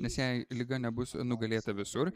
nes jei liga nebus nugalėta visur